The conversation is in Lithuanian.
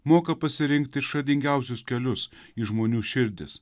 moka pasirinkti išradingiausius kelius į žmonių širdis